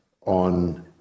on